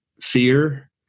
fear